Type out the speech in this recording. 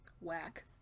Whack